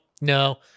no